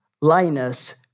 Linus